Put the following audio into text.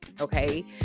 okay